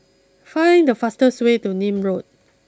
find the fastest way to Nim Road